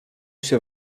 się